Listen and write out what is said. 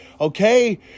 okay